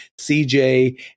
CJ